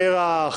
פרח,